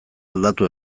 aldatu